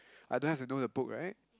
I don't have to know the book right